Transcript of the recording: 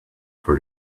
for